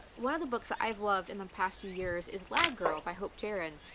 one of the books i've loved in the past few years is lab girl by hope jahren.